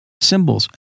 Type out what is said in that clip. symbols